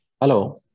Hello